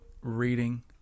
reading